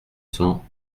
cents